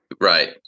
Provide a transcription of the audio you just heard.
Right